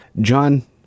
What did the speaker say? John